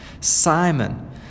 Simon